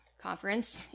conference